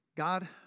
God